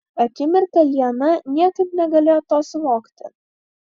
akimirką liana niekaip negalėjo to suvokti